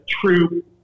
true